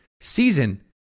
season